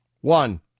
One